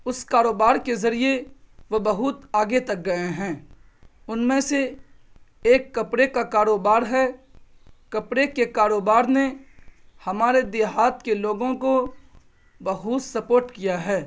اس کاروبار کے ذریعے وہ بہت آگے تک گئے ہیں ان میں سے ایک کپڑے کا کاروبار ہے کپڑے کے کاروبار نے ہمارے دیہات کے لوگوں کو بہت سپوٹ کیا ہے